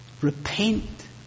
repent